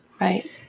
Right